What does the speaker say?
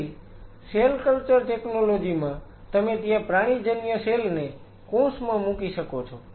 તેથી cell culture technology માં તમે ત્યાં પ્રાણીજન્ય સેલ ને કૌંસમાં મૂકી શકો છો